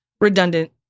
redundant